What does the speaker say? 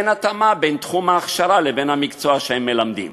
אין התאמה בין תחום ההכשרה לבין המקצוע שהם מלמדים.